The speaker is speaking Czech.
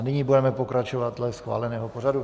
Nyní budeme pokračovat dle schváleného pořadu.